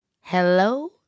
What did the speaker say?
hello